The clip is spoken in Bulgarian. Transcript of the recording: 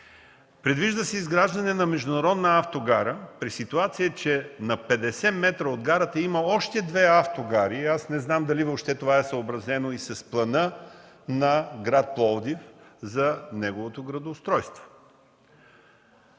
Предвижда се изграждане на международна автогара при ситуация, че на 50 метра от гарата има още две автогари. Аз не знам дали това въобще е съобразено и с плана на град Пловдив за неговото градоустройство.